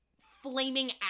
flaming